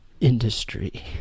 Industry